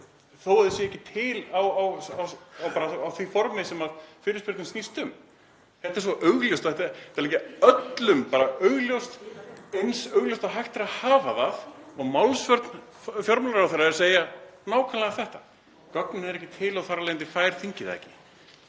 þó að þau séu ekki til á því formi sem fyrirspurnin snýst um. Þetta er svo augljóst og er öllum augljóst, eins augljóst og hægt er að hafa það, og málsvörn fjármálaráðherra er að segja nákvæmlega þetta: Gögnin eru ekki til og þar af leiðandi fær þingið þau ekki.